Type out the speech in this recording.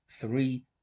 three